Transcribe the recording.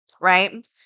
right